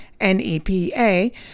NEPA